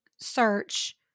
search